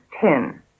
ten